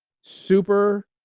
super